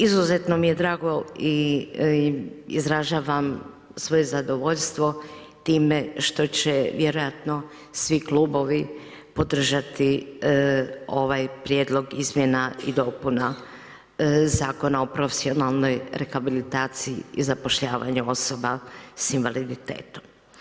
Izuzetno mi je drago i izražavam svoje zadovoljstvo time što će vjerojatno svi klubovi podržati ovaj prijedlog izmjena i dopuna Zakona o profesionalnoj rehabilitaciji i zapošljavanju osoba sa invaliditetom.